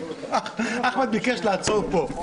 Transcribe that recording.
אחמד ביקש לעצור פה...